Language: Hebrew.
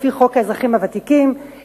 לפי חוק האזרחים הוותיקים,